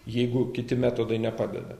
jeigu kiti metodai nepadeda